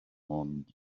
ond